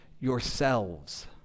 yourselves